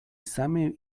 same